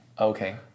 Okay